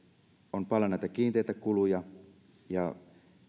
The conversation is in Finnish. on paljon näitä kiinteitä kuluja ja